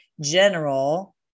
general